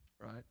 right